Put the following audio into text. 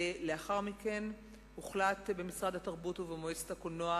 לאחר מכן הוחלט במשרד התרבות ובמועצת הקולנוע,